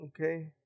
Okay